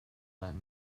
that